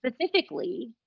specifically